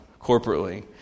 corporately